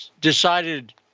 decided